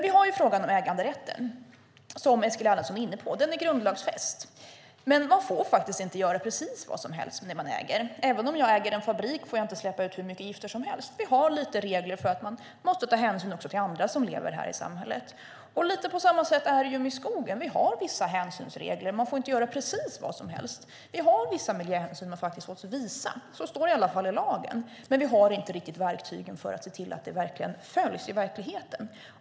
Vi har äganderätten som Eskil Erlandsson var inne på. Den är grundlagsfäst. Men man får faktiskt inte göra precis vad som helst med det man äger. Äger jag en fabrik får jag inte släppa ut hur mycket gifter som helst. Vi har regler för att man måste ta hänsyn också till andra som lever i samhället. På samma sätt är det med skogen. Vi har vissa hänsynsregler. Man får inte göra precis vad som helst. Vi har vissa miljöhänsyn som man måste visa. Så står det i alla fall i lagen. Vi har dock inte riktigt verktygen för att se till att det följs i verkligheten.